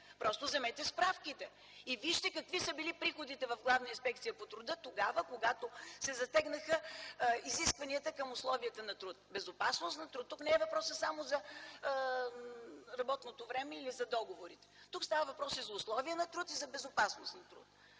Вземете справките и вижте какви са били приходите в Главна инспекция по труда тогава, когато се затегнаха изискванията към условията на труд – безопасност на труд. Тук не става въпрос само за работното време или за договорите. Тук става въпрос и за условия на труд, и за безопасност на труд.